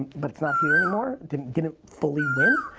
but it's not here anymore, didn't didn't fully win.